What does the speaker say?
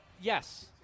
yes